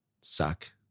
suck